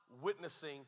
witnessing